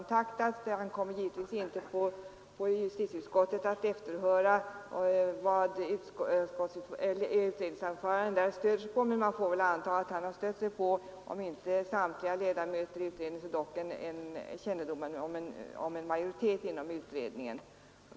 Naturligtvis ankommer det inte på justitieutskottet att efterhöra vad ordföranden i detta fall har stött sig på, men man får väl anta att han grundat sitt uttalande på kännedom om kanske inte alla ledamöters men dock majoritetens uppfattning inom beredningen.